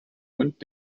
und